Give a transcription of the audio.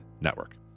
network